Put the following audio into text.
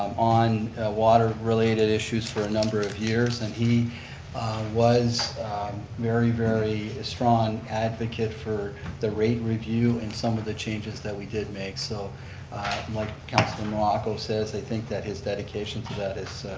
on water-related issues for a number of years and he was a very, very strong advocate for the rate review and some of the changes that we did make, so like councilor morocco says i think that his dedication to that is